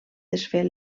desfer